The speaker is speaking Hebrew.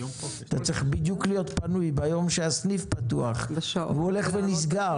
אתה צריך להיות בדיוק פנוי ביום שהסניף פתוח והוא הולך ונסגר.